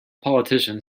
politician